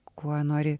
kuo nori